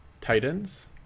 Titans